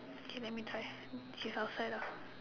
okay let me try she's outside lah